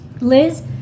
Liz